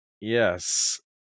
Yes